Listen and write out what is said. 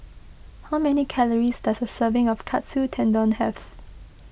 how many calories does a serving of Katsu Tendon have